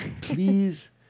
please